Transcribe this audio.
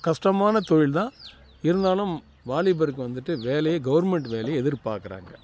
கஷ்டமான தொழில் தான் இருந்தாலும் வாலிபருக்கு வந்துட்டு வேலையே கவர்மெண்ட் வேலையை எதிர் பார்க்குறாங்க